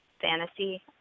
fantasy